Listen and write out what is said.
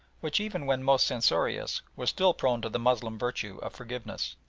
which even when most censorious, was still prone to the moslem virtue of forgiveness.